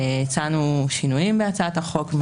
הצענו שינויים בהצעת החוק,